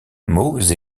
mots